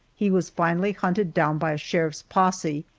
he was finally hunted down by a sheriff's posse,